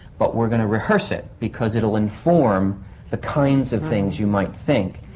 but we're gonna rehearse it, because it'll inform the kinds of things you might think.